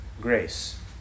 grace